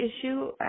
issue